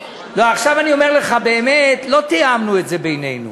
ועכשיו אני אומר לך באמת: לא תיאמנו את זה בינינו.